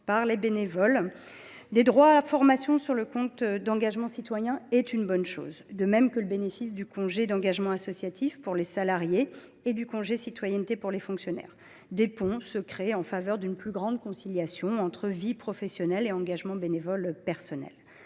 par les bénévoles, des droits à formation sur le compte d’engagement citoyen est une bonne chose, de même que le bénéfice du congé d’engagement associatif pour les salariés et du congé de citoyenneté pour les fonctionnaires. Des ponts se créent en faveur d’une plus grande conciliation entre vie professionnelle et engagement bénévole personnel.